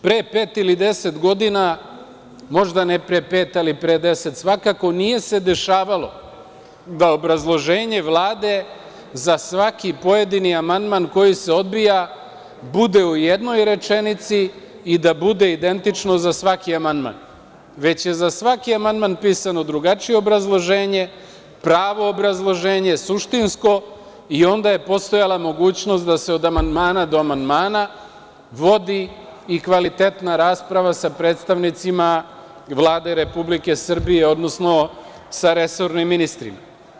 Pre pet ili deset godina, možda ne pre pet, ali pre deset svakako, nije se dešavalo da obrazloženje Vlade za svaki pojedini amandmani koji se odbija bude u jednoj rečenici i da bude identično za svaki amandman, već je za svaki amandman pisano drugačije obrazloženje, pravo obrazloženje, suštinsko i onda je postojala mogućnost da se od amandmana do amandmana vodi i kvalitetna rasprava sa predstavnicima Vlade Republike Srbije, odnosno sa resornim ministrima.